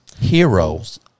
Heroes